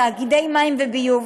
תאגידי מים וביוב,